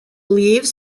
leaves